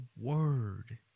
word